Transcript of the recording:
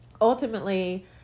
ultimately